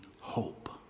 hope